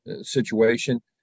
situation